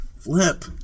Flip